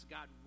God